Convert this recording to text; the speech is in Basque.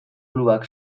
klubak